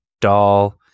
doll